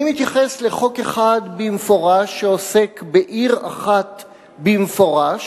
אני מתייחס לחוק אחד במפורש שעוסק בעיר אחת במפורש,